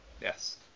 Yes